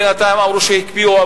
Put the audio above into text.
בינתיים אמרו שהקפיאו,